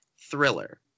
thriller